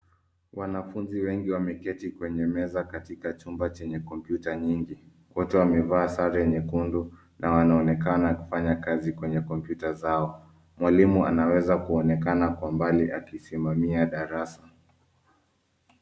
Wanafunzi wengi wameketi kwenye meza katika chumba chenye kompyuta nyingi. Wote wamevaa sare nyekundu na wanaonekana kufanya kazi kwenye kompyuta zao. Mwalimu anaweza kuonekana kwa mbali akisimamia darasa.